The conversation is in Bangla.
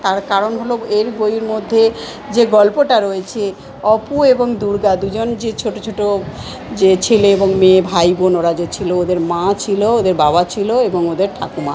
তার কারণ হলো এর বইয়ের মধ্যে যে গল্পটা রয়েছে অপু এবং দুর্গা দুজন যে ছোট ছোট যে ছেলে এবং মেয়ে ভাই বোন ওরা যে ছিল ওদের মা ছিল এদের বাবা ছিল এবং ওদের ঠাকুমা